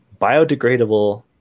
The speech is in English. biodegradable